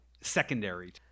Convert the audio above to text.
secondary